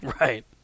Right